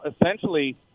essentially